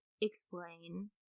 explain